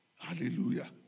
Hallelujah